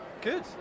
Good